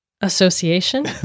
Association